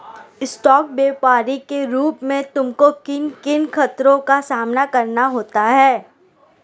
Stock व्यापरी के रूप में तुमको किन किन खतरों का सामना करना होता है?